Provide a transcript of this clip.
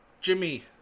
Jimmy